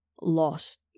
lost